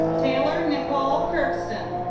taylor nicole crookston